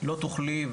לא תוכלי,